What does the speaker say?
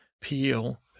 peel